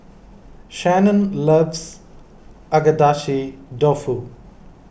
Shanon loves Agedashi Dofu